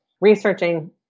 researching